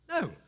No